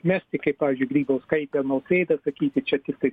mesti kaip pavyzdžiui grybauskaitė nausėda sakyti čia tiktai